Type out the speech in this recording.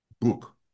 book